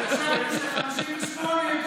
איזה תומך טרור שהציל אתכם,